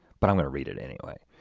but i'm gonna read it anyway.